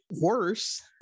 worse